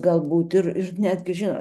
galbūt ir netgi žinot